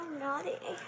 naughty